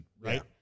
right